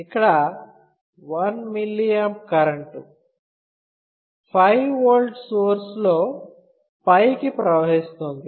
ఇక్కడ 1mA current 5V source లో పైకి ప్రవహిస్తుంది